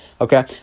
okay